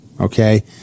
okay